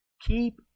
Keep